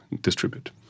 distribute